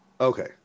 Okay